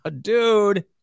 Dude